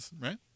Right